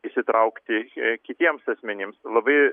įsitraukti ki kitiems asmenims labai